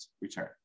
return